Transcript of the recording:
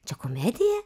čia komedija